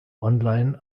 online